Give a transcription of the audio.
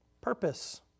Purpose